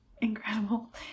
Incredible